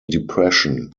depression